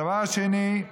הדבר השני,